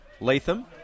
Latham